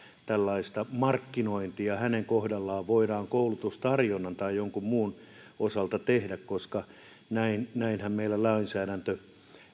tällaista markkinointia hänen kohdallaan voidaan koulutustarjonnan tai jonkun muun osalta tehdä koska näinhän meillä lainsäädäntö